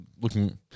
Looking